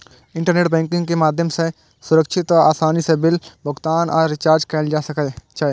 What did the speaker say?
internet banking के माध्यम सं सुरक्षित आ आसानी सं बिल भुगतान आ रिचार्ज कैल जा सकै छै